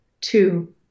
Two